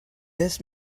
this